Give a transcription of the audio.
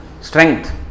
strength